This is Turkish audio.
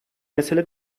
mesele